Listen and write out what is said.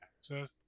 access